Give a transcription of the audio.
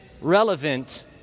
relevant